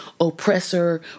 oppressor